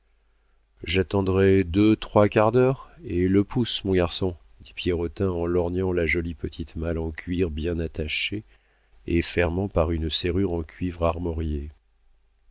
j'attendrai deux trois quarts d'heure et le pouce mon garçon dit pierrotin en lorgnant la jolie petite malle de cuir bien attachée et fermant par une serrure de cuivre armoriée